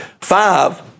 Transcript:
Five